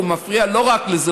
הוא מפריע לא רק לזה,